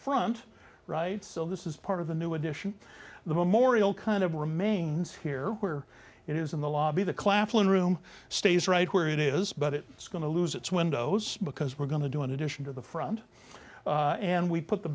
front right so this is part of the new edition the memorial kind of remains here where it is in the lobby the claflin room stays right where it is but it is going to lose its windows because we're going to do an addition to the front and we put the